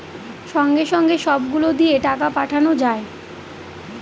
সঙ্গে সঙ্গে সব গুলো দিয়ে টাকা পাঠানো যায়